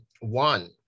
one